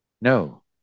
No